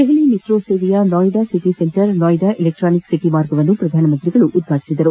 Delhi metro ಸೇವೆಯ Noida city centre Noida electronic city ಮಾರ್ಗವನ್ನು ಪ್ರಧಾನಮಂತ್ರಿಗಳು ಉದ್ಘಾಟಿಸಲಿದ್ದಾರೆ